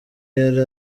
yari